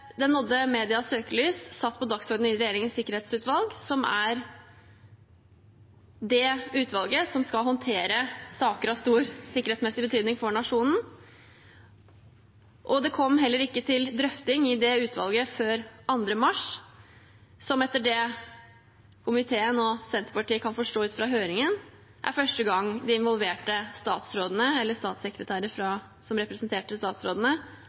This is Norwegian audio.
den nådde medias søkelys, satt på dagsordenen i Regjeringens sikkerhetsutvalg, som er det utvalget som skal håndtere saker av stor sikkerhetsmessig betydning for nasjonen, og den kom heller ikke til drøfting i det utvalget før 2. mars, som etter det komiteen og Senterpartiet kan forstå ut fra høringen, er første gang de involverte statsrådene eller statssekretærer som representerte statsrådene,